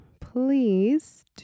please